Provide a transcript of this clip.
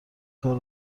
کار